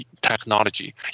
technology